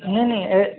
नहीं नहीं ऐ